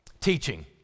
teaching